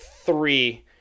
three